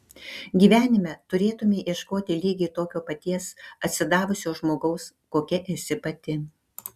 gyvenime turėtumei ieškoti lygiai tokio paties atsidavusio žmogaus kokia esi pati